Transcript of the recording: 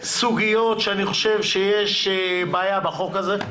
סוגיות, שאני חושב שיש בעיה בחוק הזה.